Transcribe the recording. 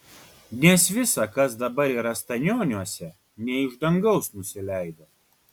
nes visa kas dabar yra stanioniuose ne iš dangaus nusileido